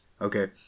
Okay